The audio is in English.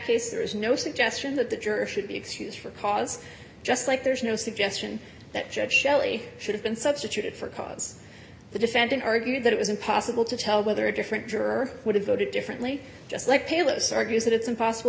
case there is no suggestion that the juror should be excused for cause just like there is no suggestion that judge shelley should have been substituted for cause the defendant argued that it was impossible to tell whether a different juror would have voted differently just like cayless argues that it's impossible